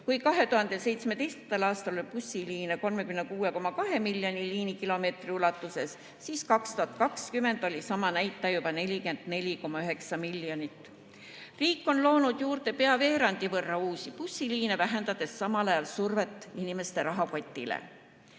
2017. aastal oli bussiliine 36,2 miljoni liinikilomeetri ulatuses, aga 2020. aastal oli sama näitaja juba 44,9 miljonit. Riik on loonud juurde pea veerandi võrra uusi bussiliine, vähendades samal ajal survet inimeste rahakotile. Suurimad